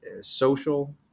social